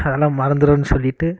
அதெல்லாம் மறந்துடுன்னு சொல்லிவிட்டு